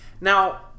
Now